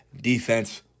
defense